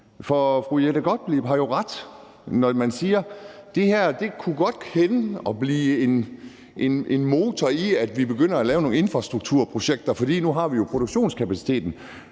Fru Jette Gottlieb har jo ret, når hun siger, at det godt kunne hænde, at det her kunne blive en motor, med hensyn til at vi begynder at lave nogle infrastrukturprojekter, fordi vi jo nu har produktionskapaciteten.